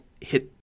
hit